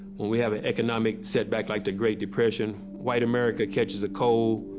we have an economic setback like the great depression, white america catches a cold.